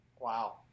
Wow